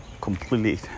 completely